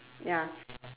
ya